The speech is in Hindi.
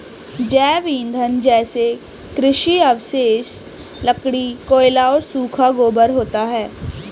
जैव ईंधन जैसे कृषि अवशेष, लकड़ी, कोयला और सूखा गोबर होता है